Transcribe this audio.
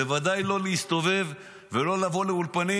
ובוודאי לא להסתובב ולא לבוא לאולפנים.